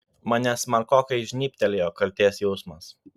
mane smarkokai žnybtelėjo kaltės jausmas